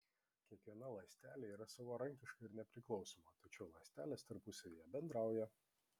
kiekviena ląstelė yra savarankiška ir nepriklausoma tačiau ląstelės tarpusavyje bendrauja